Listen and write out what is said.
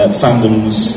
fandoms